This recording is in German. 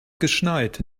geschneit